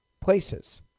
places